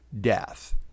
death